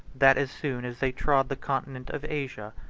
that as soon as they trod the continent of asia,